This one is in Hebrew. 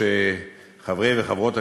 חברי וחברות הכנסת,